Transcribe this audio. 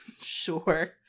sure